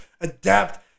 adapt